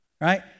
right